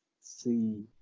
see